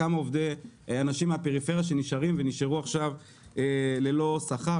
כמה אנשים מן הפריפריה נשארו עכשיו ללא שכר.